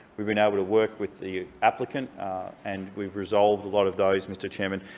we've been able to work with the applicant and we've resolved a lot of those, mr chairman,